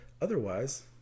Otherwise